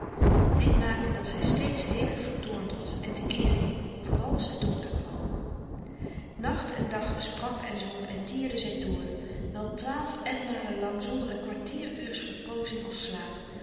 dit maakte dat zij steeds hevig vertoornd was en te keer ging vooral als de docter kwam nacht en dag sprak en zong en tierde zij dr wel twaalf etmalen lang zonder een kwartier uurs verpoozing of slaap